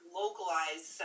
localized